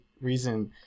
reason